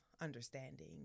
understanding